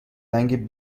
رنگ